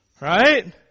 Right